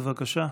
בבקשה.